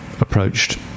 approached